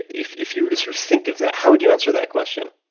if if you were to sort of think of that, how would you answer that question?